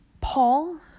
Paul